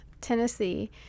Tennessee